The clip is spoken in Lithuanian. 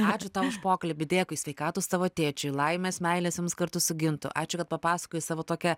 ačiū tau už pokalbį dėkui sveikatos tavo tėčiui laimės meilės jums kartu su gintu ačiū kad papasakojai savo tokią